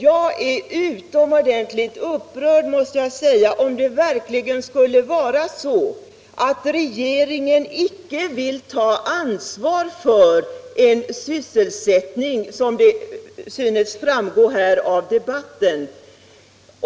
Jag är utomordentligt upprörd, måste jag säga, om det verkligen skulle vara så att regeringen icke vill ta ansvar för en sysselsättning, som det synes framgå här av debatten.